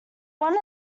one